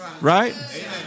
Right